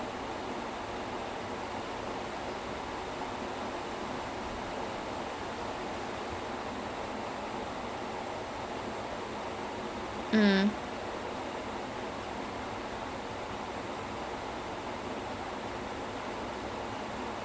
but then they also have other kinds of super villains like they had captain cold அவனுக்கு வந்து:avanuku vanthu he had this freeze gun so he can just shoot ice at people so I mean if you shoot ice at flash he's still err he's also still a normal human being in the end [what]